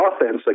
offense